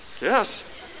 yes